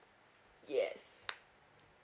yes